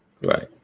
right